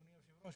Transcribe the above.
אדוני היושב-ראש?